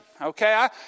okay